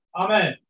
Amen